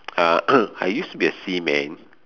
uh I used to be a seaman